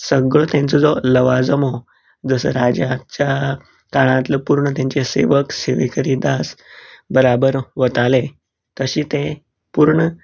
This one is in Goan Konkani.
सगळो तेंचो जो लवाजमो जसो राजाच्या काळातलो पुर्ण तेंचे सेवक सेवेकरी दास बराबर वताले तशे ते पुर्ण